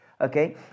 Okay